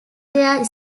their